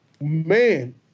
man